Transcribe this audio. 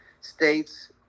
states